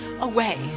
away